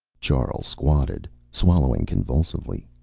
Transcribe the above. charl squatted, swallowing convulsively.